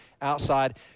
outside